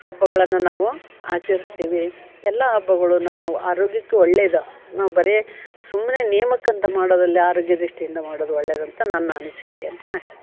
ಹಬ್ಬಗಳನ್ನು ನಾವು ಆಚರಿಸ್ತೀವಿ ಎಲ್ಲ ಹಬ್ಬಗಳು ನಮ್ಮ ಆರೋಗ್ಯಕ್ಕೆ ಒಳ್ಳೇದು ನಾವು ಬರೇ ಸುಮ್ಮನೆ ನಿಯಮಕ್ಕಂತ ಮಾಡೋದಲ್ದೇ ಆರೋಗ್ಯ ದೃಷ್ಟಿಯಿಂದ ಮಾಡೋದು ಒಳ್ಳೆಯದಂತ ನನ್ನ ಅನಿಸಿಕೆ ಅಂತ ನಾನು ಹೇಳ್ತೇನೆ